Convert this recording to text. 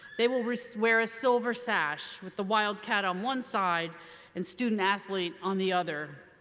they will wear so wear a silver sash with the wildcat on one side and student athlete on the other.